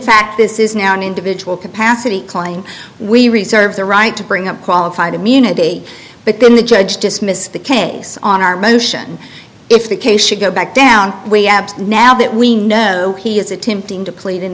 fact this is now an individual capacity klein we reserve the right to bring up qualified immunity but then the judge dismissed the case on our motion if the case should go back down we absent now that we know he is attempting to plead